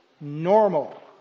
normal